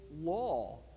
law